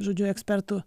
žodžiu ekspertų